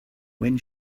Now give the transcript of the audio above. when